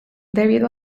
debido